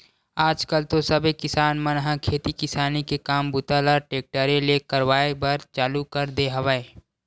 आज कल तो सबे किसान मन ह खेती किसानी के काम बूता ल टेक्टरे ले करवाए बर चालू कर दे हवय